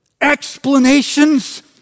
explanations